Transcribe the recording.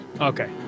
okay